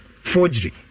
forgery